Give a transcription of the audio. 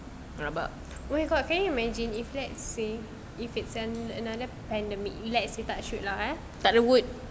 oh my god can you imagine if let's say if it's another pandemic let's say touch wood lah eh